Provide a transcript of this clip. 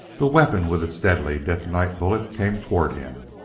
the weapon with its deadly detonite bullet came toward him.